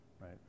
right